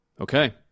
Okay